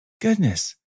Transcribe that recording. Goodness